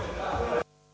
Hvala.